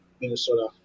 Minnesota